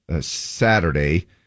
Saturday